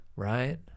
right